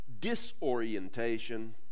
disorientation